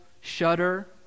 shudder